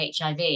HIV